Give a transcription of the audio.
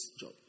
job